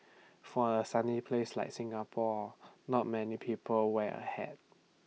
for A sunny place like Singapore not many people wear A hat